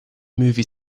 movie